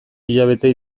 hilabete